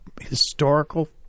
historical